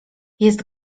jest